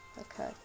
Okay